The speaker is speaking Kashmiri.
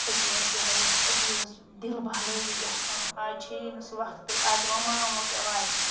أتی ٲسۍ یہِ ہا یہِ أتی اوس دِل بہلٲیی گژھان آز چھِ یی نہٕ سُہ وقتٕے آز دپان ماموٗ کیٛاہ واتہِ مےٚ